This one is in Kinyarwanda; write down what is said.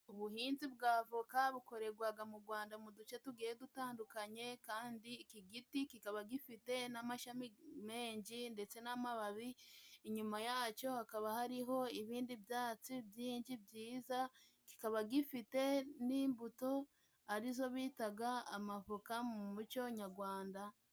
Ubuhinzi bw'avoka bukoregwaga mu Gwanda mu duce tugiye dutandukanye, kandi iki giti kikaba gifite n'amashami menji ndetse n'amababi, inyuma yacyo hakaba hariho ibindi byatsi by'inshi k byiza, kikaba gifite n'imbuto ari zobitaga amavoka mu muco nyarwanda.